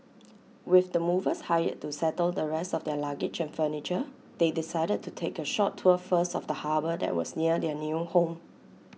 with the movers hired to settle the rest of their luggage and furniture they decided to take A short tour first of the harbour that was near their new home